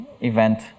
event